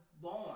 born